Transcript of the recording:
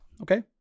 Okay